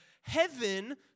heaven